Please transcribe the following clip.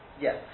Yes